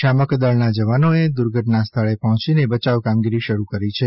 અઝિશામક દળના જવાનોએ દુર્ધટના સ્થળે પહોંચીને બચાવ કામગીરી શરૂ કરી છે